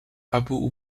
abu